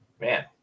man